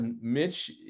Mitch